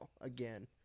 again